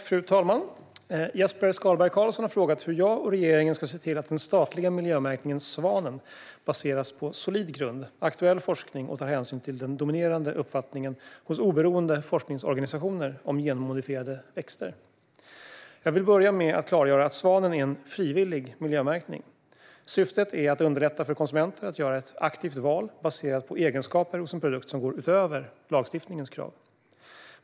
Fru talman! Jesper Skalberg Karlsson har frågat hur jag och regeringen ska se till att den statliga miljömärkningen Svanen baseras på solid grund och aktuell forskning och tar hänsyn till den dominerande uppfattningen hos oberoende forskningsorganisationer om genmodifierade växter. Jag vill börja med att klargöra att Svanen är en frivillig miljömärkning. Syftet är att underlätta för konsumenter att göra ett aktivt val baserat på egenskaper hos en produkt som går utöver lagstiftningens krav.